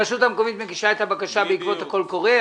הרשות המקומית מגישה את הבקשה בעקבות הקול קורא.